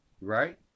right